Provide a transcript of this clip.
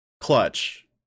clutch